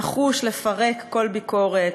נחוש לפרק כל ביקורת,